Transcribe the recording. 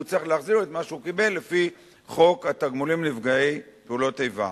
הוא צריך להחזיר את מה שהוא קיבל לפי חוק התגמולים לנפגעי פעולות איבה.